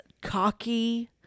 cocky